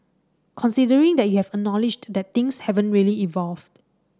considering that you have acknowledged that things haven't really evolved